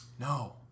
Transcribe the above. No